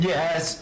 Yes